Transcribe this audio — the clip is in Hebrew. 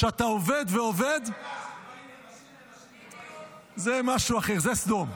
אתה עובד ועובד ------ זה משהו אחר, זה סדום.